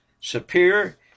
superior